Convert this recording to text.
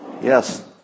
yes